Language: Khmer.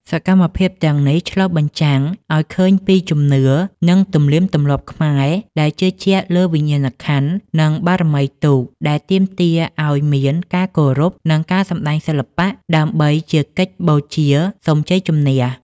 សកម្មភាពទាំងនេះឆ្លុះបញ្ចាំងឱ្យឃើញពីជំនឿ និងទំនៀមទម្លាប់ខ្មែរដែលជឿជាក់លើវិញ្ញាណក្ខន្ធ និងបារមីទូក ដែលទាមទារឱ្យមានការគោរព និងការសម្តែងសិល្បៈដើម្បីជាកិច្ចបូជាសុំជ័យជំនះ។